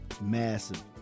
massive